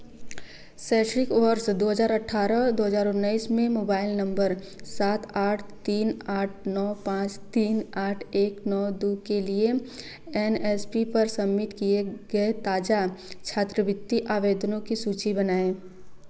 शैक्षणिक वर्ष दो हज़ार अठारह दो हज़ार उन्नईस में मोबाइल नंबर सात आठ तीन आठ नौ पाँच तीन आठ एक नौ दो के लिए एन एस पी पर सबमिट किए गए ताज़ा छात्रवृत्ति आवेदनों की सूची बनाएँ